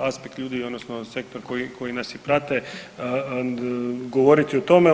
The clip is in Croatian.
aspekt ljudi, odnosno sektor koji nas i prate govoriti o tome.